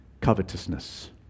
covetousness